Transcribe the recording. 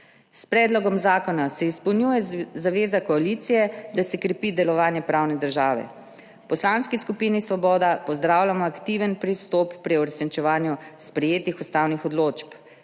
S predlogom zakona se izpolnjuje zaveza koalicije, da se krepi delovanje pravne države. V Poslanski skupini Svoboda pozdravljamo aktiven pristop pri uresničevanju sprejetih ustavnih odločb,